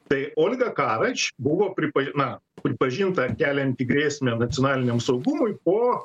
tai olga karač buvo pripa na pripažinta kelianti grėsmę nacionaliniam saugumui po